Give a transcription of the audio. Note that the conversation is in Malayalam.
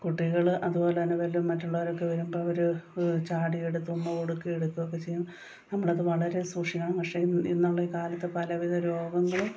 കുട്ടികൾ അതുപോലെ തന്നെ വല്ലും മറ്റുള്ളവരൊക്കെ വരുമ്പം അവർ ചാടിയെടുത്ത് ഉമ്മ കൊടുക്കുകയും എടുക്കുക ഒക്കെ ചെയ്യും നമ്മളത് വളരെ സൂക്ഷിക്കണം പക്ഷേ ഇ ഇന്നുള്ള ഈ കാലത്ത് പലവിധ രോഗങ്ങളും